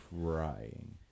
trying